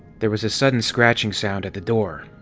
there was a sudden scratching sound at the door,